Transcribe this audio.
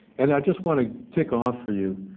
and i just want to tick off for you,